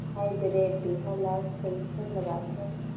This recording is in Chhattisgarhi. हाईब्रिड बिहान ला कइसन लगाथे?